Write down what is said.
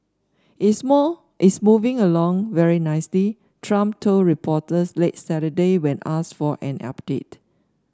it's more it's moving along very nicely Trump told reporters late Saturday when asked for an update